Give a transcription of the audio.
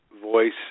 voice